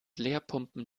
leerpumpen